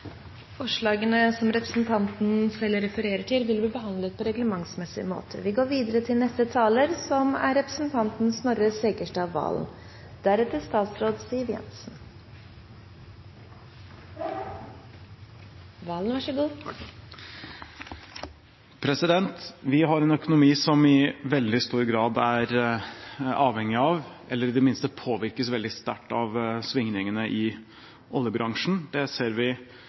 Representanten Terje Breivik har tatt opp de forslagene han refererte til. Vi har en økonomi som i veldig stor grad er avhengig av, eller i det minste påvirkes veldig sterkt av, svingningene i oljebransjen. Det ser vi